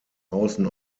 außen